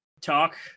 talk